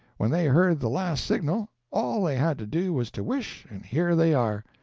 when they heard the last signal, all they had to do was to wish, and here they are.